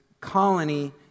colony